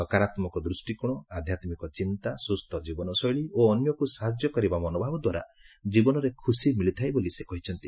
ସକାରାତ୍ମକ ଦୃଷ୍ଟିକୋଣ ଆଧ୍ୟାତ୍ମିକ ଚିନ୍ତା ସୁସ୍ଥ ଜୀବନଶୈଳୀ ଓ ଅନ୍ୟକୁ ସାହାଯ୍ୟ କରିବା ମନୋଭାବ ଦ୍ୱାରା ଜୀବନରେ ଖୁସି ମିଳିଥାଏ ବୋଲି ସେ କହିଛନ୍ତି